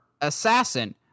assassin